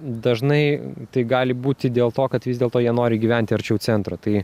dažnai tai gali būti dėl to kad vis dėlto jie nori gyventi arčiau centro tai